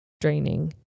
draining